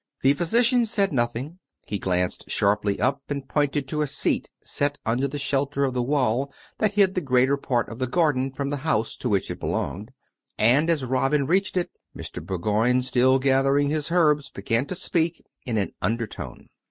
the physician said nothing he glanced sharjjly up and pointed to a seat set under the shelter of the wall that hid the greater part of the garden from the house to which it belonged and as robin reached it, mr. bourgoign, still gathering his herbs, began to speak in an undertone.